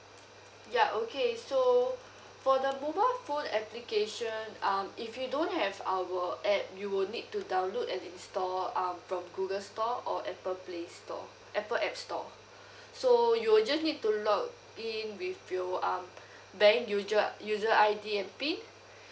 ya okay so for the mobile phone application um if you don't have our app you would need to download and install um from google store or apple play store apple app store so you just need to log in with you um bank usual usual I_D and PIN